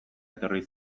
etorri